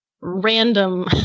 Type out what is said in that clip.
random